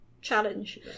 challenge